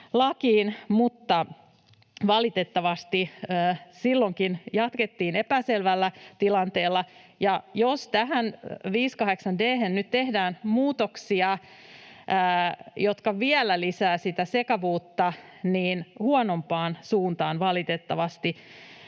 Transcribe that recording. mutta valitettavasti silloinkin jatkettiin epäselvällä tilanteella, ja jos tähän 58 d:hen nyt tehdään muutoksia, jotka vielä lisäävät sitä sekavuutta, niin huonompaan suuntaan